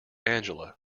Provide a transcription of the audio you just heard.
angela